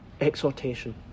Exhortation